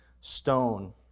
stone